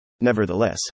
Nevertheless